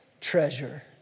treasure